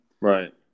Right